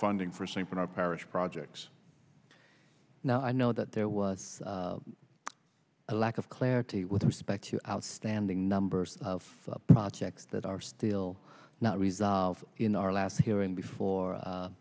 funding for st bernard parish projects now i know that there was a lack of clarity with respect to outstanding numbers of projects that are still not resolved in our last hearing before